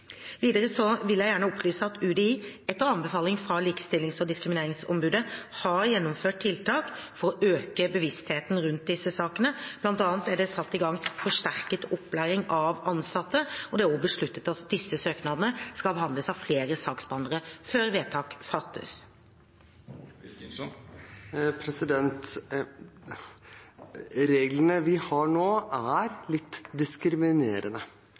vil jeg gjerne opplyse at UDI etter anbefaling fra Likestillings- og diskrimineringsombudet har gjennomført tiltak for å øke bevisstheten rundt disse sakene. Blant annet er det satt i gang forsterket opplæring av ansatte, og det er også besluttet at disse søknadene skal behandles av flere saksbehandlere før vedtak fattes. Reglene vi har nå, er litt diskriminerende,